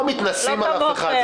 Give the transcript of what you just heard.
לא מתנשאים על אף אחד,